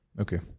Okay